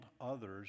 others